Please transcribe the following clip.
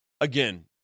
again